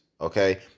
okay